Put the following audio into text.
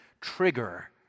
trigger